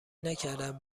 نکردم